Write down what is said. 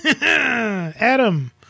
Adam